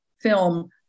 film